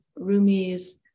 Rumi's